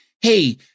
Hey